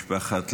משפחת לוי,